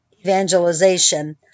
Evangelization